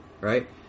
right